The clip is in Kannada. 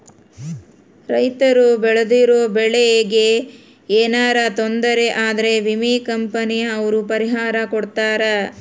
ರೈತರು ಬೆಳ್ದಿರೋ ಬೆಳೆ ಗೆ ಯೆನರ ತೊಂದರೆ ಆದ್ರ ವಿಮೆ ಕಂಪನಿ ಅವ್ರು ಪರಿಹಾರ ಕೊಡ್ತಾರ